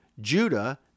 Judah